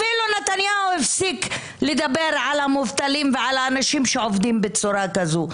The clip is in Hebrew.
אפילו נתניהו הפסיק לדבר על המובטלים ועל האנשים שעובדים בצורה כזאת.